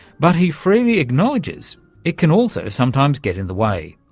but he freely acknowledges it can also sometimes get in the way.